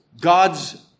God's